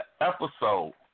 episode